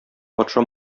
патша